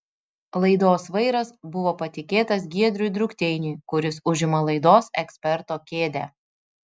laidos vairas buvo patikėtas giedriui drukteiniui kuris užima laidos eksperto kėdę